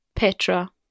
Petra